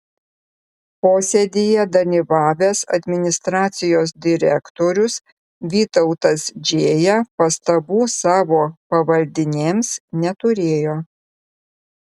posėdyje dalyvavęs administracijos direktorius vytautas džėja pastabų savo pavaldinėms neturėjo